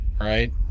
right